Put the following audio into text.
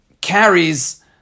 carries